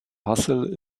hassel